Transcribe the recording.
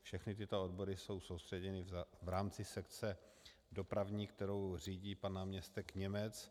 Všechny tyto odbory jsou soustředěny v rámci sekce dopravní, kterou řídí pan náměstek Němec.